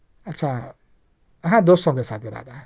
اچھا ہاں دوستوں کے ساتھ ارادہ ہے